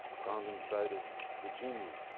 founding site of virginia.